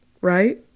Right